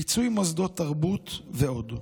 פיצוי מוסדות תרבות ועוד,